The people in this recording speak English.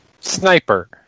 sniper